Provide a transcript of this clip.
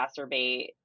exacerbate